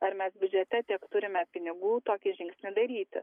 ar mes biudžete tiek turime pinigų tokį žingsnį daryti